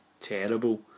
terrible